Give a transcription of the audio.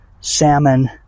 salmon